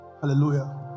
Hallelujah